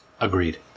agreed